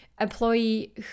employee